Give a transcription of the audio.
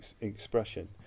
expression